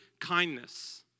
kindness